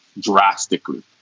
drastically